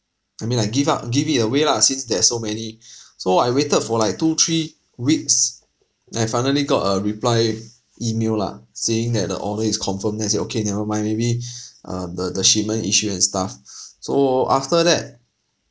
I mean like give out give it away lah since there are so many so I waited for like two three weeks then I finally got a reply email lah saying that the order is confirmed then I said okay never mind maybe uh the the shipment issue and stuff so after that